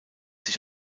sich